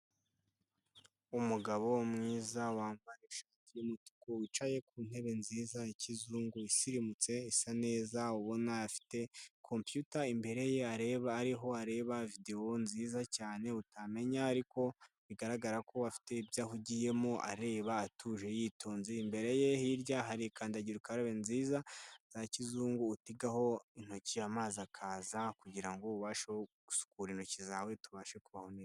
umugabo mwiza, wambaye ishati y'umutuku, wicaye ku ntebe nziza ya kizungu isirimutse, isa neza ubona afite computer imbere ye areba ariho areba videwo nziza cyane utamenya ariko bigaragara ko afite ibyo ahugiyemo areba atuje yitonze. Imbere ye hirya harikandagirakarabe nziza za kizungu utikaho intoki amazi akaza kugira ngo ubashe gusukura intoki zawe tubashe kubaho neza.